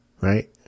right